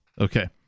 Okay